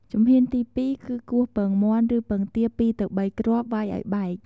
ជំហានទីពីរគឺ គោះពងមាន់ឬពងទា ២ ទៅ ៣ គ្រាប់ វ៉ៃឱ្យបែក។